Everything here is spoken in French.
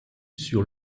sur